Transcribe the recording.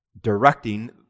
directing